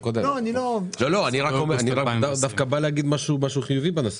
בתל השומר ובגליל מערבי חברות החלוקה מתמקדות בנושא